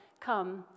come